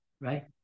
Right